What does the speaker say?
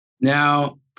Now